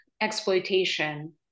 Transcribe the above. exploitation